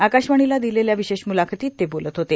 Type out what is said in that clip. आकाशवाणीला दिलेल्या विशेष मुलाखतीत ते बोलत होते